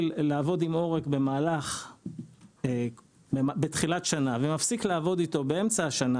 לעבוד עם עורק בתחילת השנה ומפסיק לעבוד איתו באמצע השנה,